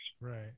right